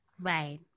Right